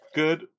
good